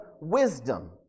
wisdom